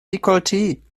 decollete